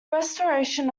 restoration